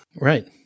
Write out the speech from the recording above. Right